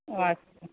ও আচ্ছা